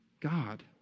God